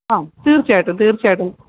ആ തീർച്ചയായിട്ടും തീർച്ചയായിട്ടും